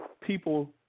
people